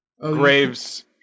Graves